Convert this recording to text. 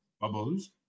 Bubbles